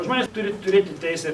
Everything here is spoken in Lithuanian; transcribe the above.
žmonės turi turėti teisę